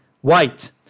white